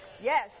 Yes